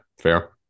fair